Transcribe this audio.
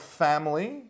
family